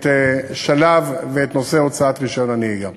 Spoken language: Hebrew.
את השלב ואת הנושא של הוצאת רישיון הנהיגה.